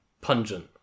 Pungent